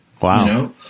Wow